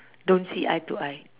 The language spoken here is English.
don't see eye to eye